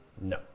No